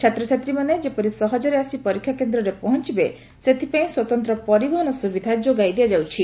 ଛାତ୍ରଛାତ୍ରୀମାନେ ଯେପରି ସହଜରେ ଆସି ପରୀକ୍ଷା କେନ୍ଦ୍ରରେ ପହଞ୍ଚବେ ସେଥିପାଇଁ ସ୍ୱତନ୍ତ୍ର ପରିବହନ ସୁବିଧା ଯୋଗାଇ ଦିଆଯାଉଛି